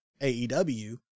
AEW